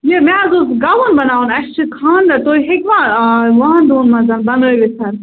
یہِ مےٚ حظ اوس گَوُن بَناوُن اَسہِ چھُ خانٛدَر تُہۍ ہیٚکِوا وُہَن دۄہَن منٛز بَنٲوِتھ حظ